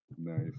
Nice